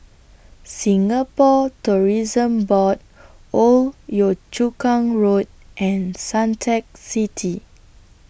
Singapore Tourism Board Old Yio Chu Kang Road and Suntec City